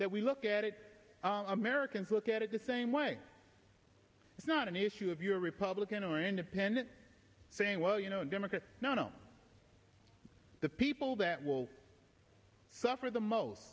that we look at it americans look at it the same way it's not an issue if you're republican or independent saying well you know democrats no no the people that will suffer the most